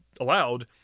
allowed